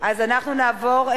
אז אנחנו נעבור,